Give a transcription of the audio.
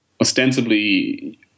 ostensibly